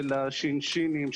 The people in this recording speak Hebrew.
של השינשינים,